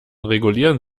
regulieren